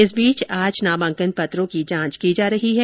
इस बीच आज नामांकनों पत्रों की जांच की जा रही है